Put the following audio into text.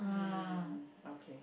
mm okay